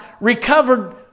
recovered